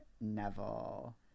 neville